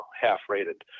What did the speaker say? half-rated